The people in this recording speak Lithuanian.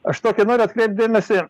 aš tokį noriu atkreipt dėmesį ir